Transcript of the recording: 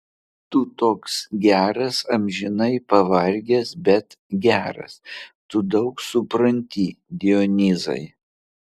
tu toks geras amžinai pavargęs bet geras tu daug supranti dionyzai